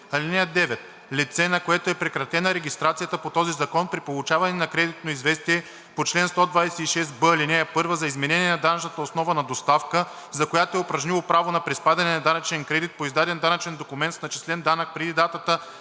и 10: „(9) Лице, на което е прекратена регистрацията по този закон при получаване на кредитно известие по чл. 126б, ал. 1 за изменение на данъчната основа на доставка, за която е упражнило право на приспадане на данъчен кредит по издаден данъчен документ с начислен данък преди датата